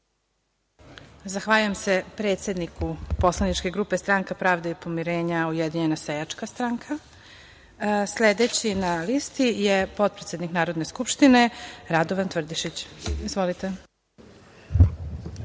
Zahvaljujem se predsedniku poslaničke grupe Stranka pravde i pomirenja - Ujedinjena seljačka stranka. Sledeći na listi je potpredsednik Narodne skupštine, Radovan Tvrdišić. Izvolite.